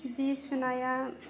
जि सुनाया